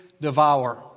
devour